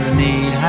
need